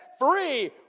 free